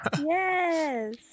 Yes